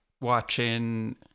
watching